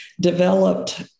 developed